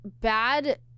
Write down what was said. bad